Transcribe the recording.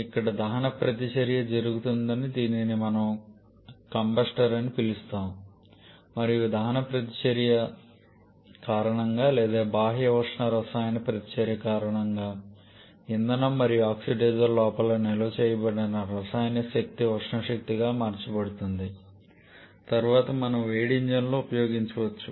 ఇక్కడ దహన ప్రతిచర్య జరుగుతుంది దీనిని మనము కంబస్టర్ అని పిలుస్తాము మరియు ఈ దహన ప్రతిచర్య కారణంగా లేదా ఈ బాహ్య ఉష్ణ రసాయన ప్రతిచర్య కారణంగా ఇంధనం మరియు ఆక్సిడైజర్ లోపల నిల్వ చేయబడిన రసాయన శక్తి ఉష్ణ శక్తిగా మార్చబడుతుంది తరువాత మనం వేడి ఇంజిన్లో ఉపయోగించవచ్చు